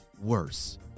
worse